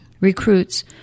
Recruits